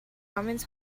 omens